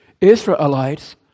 Israelites